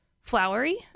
flowery